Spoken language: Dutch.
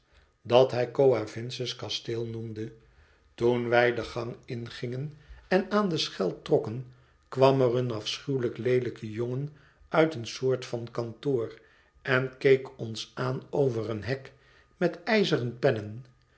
dat hij coavinses kasteel noemde toen wij den gang ingingen en aan de schel trokken kwam er een afschuwelijk leelijke jongen uit een soort van kantoor en keek ons aan over een hek met ijzeren pennen